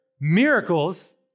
miracles